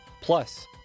plus